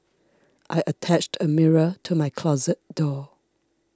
I attached a mirror to my closet door